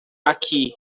aqui